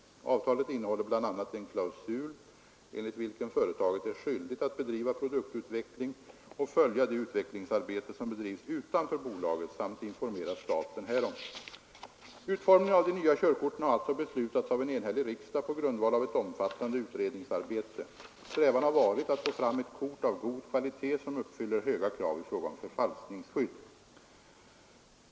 Avtalet innehåller bl.a. en klausul enligt vilken företaget är skyldigt att bedriva produktutveckling och följa det utvecklingsarbete som bedrivs utanför bolaget samt informera staten härom. Utformningen av de nya körkorten har alltså beslutats av en enhällig riksdag på grundval av ett omfattande utredningsarbete. Strävan har varit att få fram ett kort av god kvalitet som uppfyller höga krav i fråga om förfalskningsskydd.